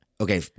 Okay